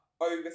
over